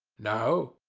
no.